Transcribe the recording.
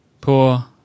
poor